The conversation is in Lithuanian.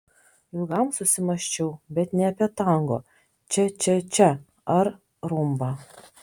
ilgam susimąsčiau bet ne apie tango čia čia čia ar rumbą